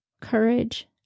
courage